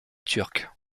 turque